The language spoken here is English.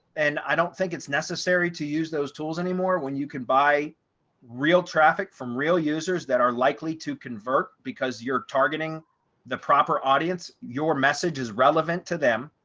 and i don't think it's necessary to use those tools anymore, when you can buy real traffic from real users that are likely to convert because you're targeting the proper audience, your message is relevant to them.